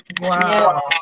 Wow